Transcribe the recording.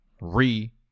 re